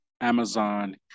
Amazon